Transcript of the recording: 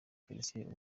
felicien